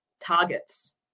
Targets